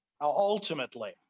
ultimately